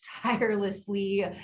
tirelessly